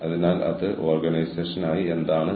അതിനാൽ മാനദണ്ഡം വീടുമായി ബന്ധപ്പെട്ടിരിക്കുന്നു